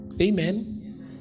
Amen